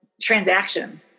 transaction